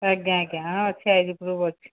ଆଜ୍ଞା ଆଜ୍ଞା ଅଛି ଆଇ ଡ଼ି ପ୍ରୁଫ୍ ଅଛି